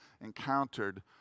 encountered